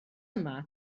yma